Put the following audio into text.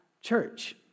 church